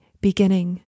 beginning